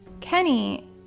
Kenny